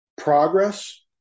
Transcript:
progress